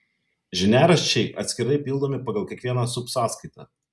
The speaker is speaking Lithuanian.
žiniaraščiai atskirai pildomi pagal kiekvieną subsąskaitą